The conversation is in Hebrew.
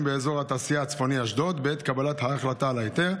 באזור התעשייה הצפוני אשדוד בעת קבלת ההחלטה על ההיתר?